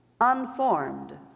unformed